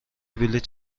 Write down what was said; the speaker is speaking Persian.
بلیط